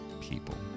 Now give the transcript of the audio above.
people